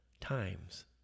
times